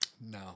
No